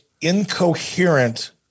incoherent